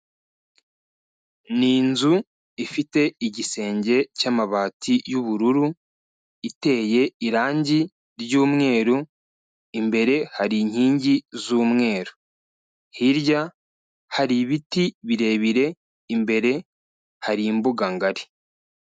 Ni inzu ifite igisenge cy'amabati y'ubururu, iteye irange ry'umweru, imbere hari inkingi z'umweru. Hirya hari ibiti birebire, imbere hari imbuga ngari.